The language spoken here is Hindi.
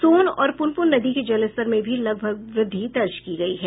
सोन और पुनपुन नदी के जलस्तर में भी लगभग वृद्धि दर्ज की गयी है